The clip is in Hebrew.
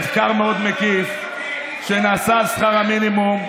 מחקר מאוד מקיף שנעשה על שכר המינימום,